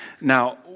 Now